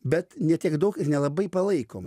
bet ne tiek daug ir nelabai palaikom